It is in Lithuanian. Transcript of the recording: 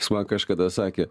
jis man kažkada sakė